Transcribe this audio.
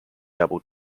double